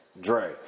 Dre